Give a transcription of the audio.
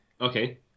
Okay